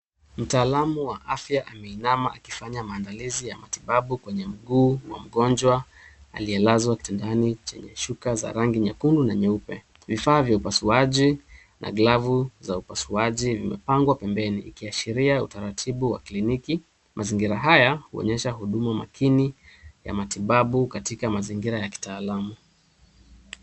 Mtaalamu wa afya ameinama akifanya maandalizi ya matibabu kwenye mguu wa mgonjwa aliyelazwa kitandani chenye shuka za rangi nyekundu na nyeupe. Vifaa vya upasuaji na glavu za upasuaji vimepangwa pembeni, ikiashiria utaratibu wa kliniki. Mazingira haya huonyesha huduma makini ya matibabu katika mazingira ya kitaalamu.